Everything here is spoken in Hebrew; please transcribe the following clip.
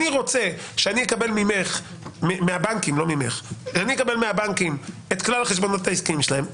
אני רוצה לקבל מהבנקים את כלל החשבונות העסקיים שלהם,